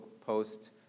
post